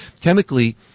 Chemically